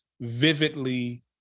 vividly